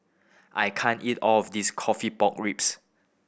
I can't eat all of this coffee pork ribs